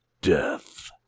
death